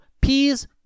peas